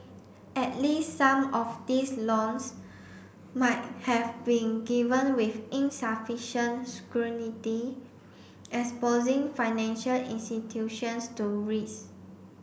at least some of these loans might have been given with insufficient scrutiny exposing financial institutions to risk